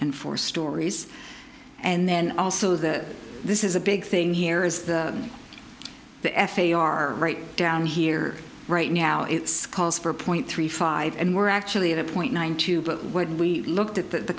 and four stories and then also the this is a big thing here is the f a are right down here right now it's calls for point three five and we're actually at a point one two but when we looked at that the